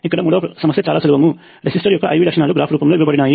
ఇక్కడ మూడవ సమస్య చాలా సులభం రెసిస్టర్ యొక్క IV లక్షణాలు గ్రాఫ్ రూపంలోఇవ్వబడినది